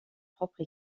propre